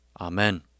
Amen